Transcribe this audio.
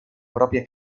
pròpia